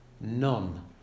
none